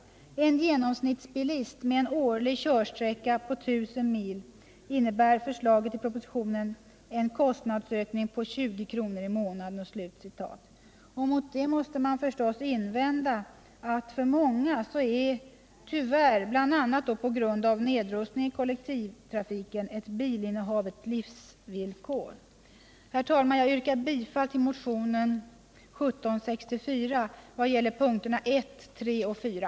För en genomsnittsbilist med årlig Onsdagen den körsträcka på ca 1000 mil innebär förslaget i propositionen en kostnadsök 5 april 1978 ning på ca 20 kr. i månaden, ——-.” Mot det måste man förstås invända att för é många är tyvärr, bl.a. på grund av nedrustningen av kollektivtrafiken, bilinnehav ett livsvillkor. Herr talman! Jag yrkar bifall till motionen 1764 vad gäller punkterna 1, 3 och 4.